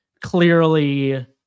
clearly